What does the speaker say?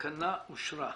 הצבעה